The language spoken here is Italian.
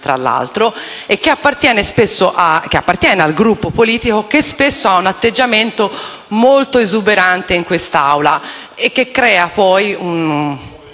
Questore che appartiene a un Gruppo politico che spesso ha un atteggiamento molto esuberante in quest'Aula e che crea una